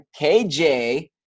KJ